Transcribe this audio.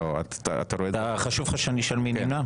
לא, אתה רואה --- חשוב לך שאני אשאל מי נמנע?